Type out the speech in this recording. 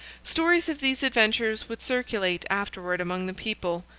stories of these adventures would circulate afterward among the people,